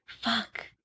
fuck